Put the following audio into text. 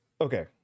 okay